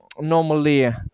normally